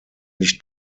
nicht